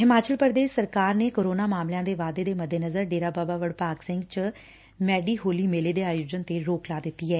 ਹਿਮਾਚਲ ਪ੍ਰਦੇਸ਼ ਸਰਕਾਰ ਨੇ ਕੋਰੋਨਾ ਮਾਮਲਿਆਂ ਦੇ ਵਾਧੇ ਦੇ ਮੱਦੇਨਜ਼ਰ ਡੇਰਾ ਬਾਬਾ ਵੜਭਾਗ ਸਿੰਘ ਚ ਮੈਡੀ ਹੋਲੀ ਮੇਲੇ ਦੇ ਆਯੋਜਨ ਤੇ ਰੋਕ ਲਾ ਦਿੱਤੀ ਐ